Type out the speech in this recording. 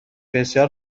بسیار